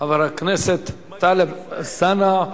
חבר הכנסת טלב אלסאנע,